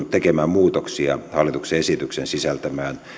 tekemään muutoksia hallituksen esityksen sisältämään